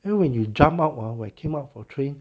you know when you jump out ah where you came up for train